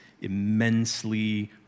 immensely